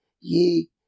ye